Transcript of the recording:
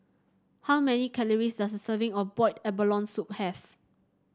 how many calories does a serving of Boiled Abalone Soup have